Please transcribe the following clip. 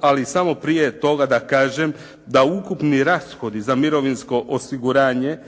ali samo prije toga da kažem da ukupni rashodi za mirovinsko osiguranje